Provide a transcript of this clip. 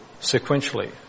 sequentially